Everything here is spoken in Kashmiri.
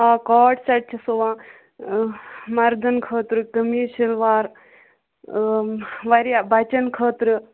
کارڈ سٮ۪ٹ چھِ سُوان مردن خٲطرٕ قمیض شلوار وارِیاہ بچن خٲطرٕ